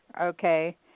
okay